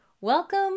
Welcome